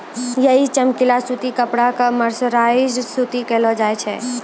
यही चमकीला सूती कपड़ा कॅ मर्सराइज्ड सूती कहलो जाय छै